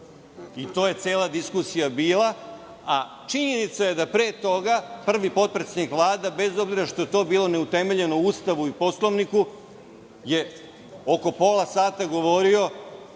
To je cela diskusija bila. Činjenica je da pre toga prvi potpredsednik Vlade, bez obzira što je to bilo neutemeljeno u Ustavu i Poslovniku, je oko pola sata govorio.